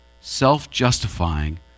self-justifying